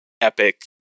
epic